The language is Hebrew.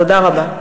תודה רבה.